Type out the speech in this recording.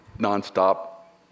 Non-stop